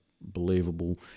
believable